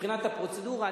מבחינת הפרוצדורה.